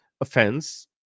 offense